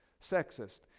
sexist